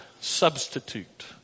substitute